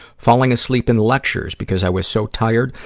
falling asleep in lectures because i was so tired,